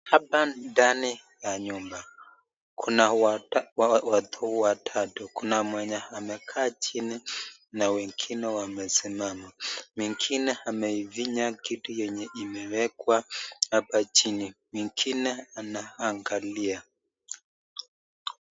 Hapa ndani ya nyumba kun watu watatu kuna Kuna mwenye amekaa chini na wengine wamesimama mwingine anaifinya kitu yenye imewekwa hapa chini mwengine anaangalia.